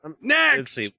Next